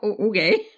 Okay